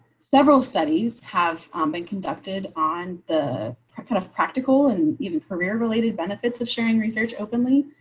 several studies have been conducted on the kind of practical and even career related benefits of sharing research openly.